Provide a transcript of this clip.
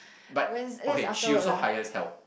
but okay she also hires help